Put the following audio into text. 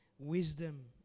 wisdom